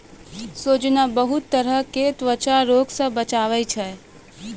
सोजीना बहुते तरह के त्वचा रोग से बचावै छै